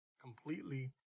completely